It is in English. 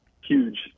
huge